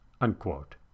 unquote